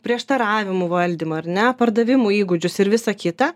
prieštaravimų valdymą ar ne pardavimų įgūdžius ir visa kita